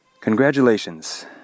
Congratulations